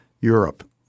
Europe